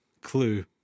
clue